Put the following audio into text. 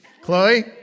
Chloe